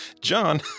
John